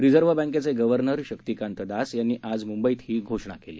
reserve बँकेचे governor Shaktikanta Das यांनी आज मुंबईत ही घोषणा केली